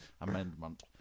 amendment